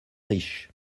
riche